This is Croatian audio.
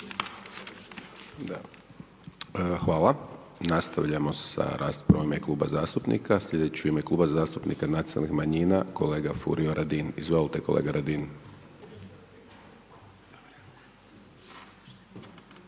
Hvala, nastavljamo sa raspravom e kluba zastupnika. Slijedeći u ime Kluba zastupnika Nacionalnih manjina kolega Furio Radin. Izvolte kolega Radin.